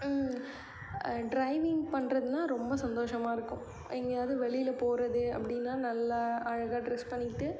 driving பண்ணுறதுன்னா ரொம்ப சந்தோஷமாக இருக்கும் எங்கேயாவது வெளியில் போகிறது அப்படின்னா நல்ல அழகாக ட்ரெஸ் பண்ணிக்கிட்டு